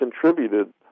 contributed